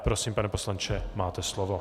Prosím, pane poslanče, máte slovo.